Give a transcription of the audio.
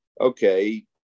okay